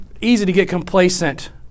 easy-to-get-complacent